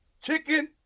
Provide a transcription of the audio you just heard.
Chicken